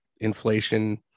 inflation